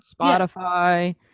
Spotify